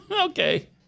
Okay